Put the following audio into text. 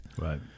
Right